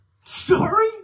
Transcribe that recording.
Sorry